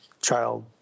child